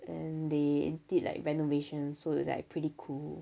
then they did like renovation so it's like pretty cool